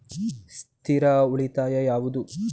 ಸ್ಥಿರ ಉಳಿತಾಯ ಯಾವುದು?